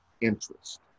interest